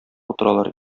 утыралар